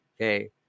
Okay